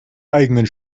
eigenen